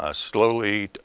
ah slowly,